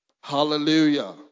Hallelujah